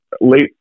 late